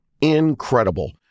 incredible